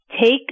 Take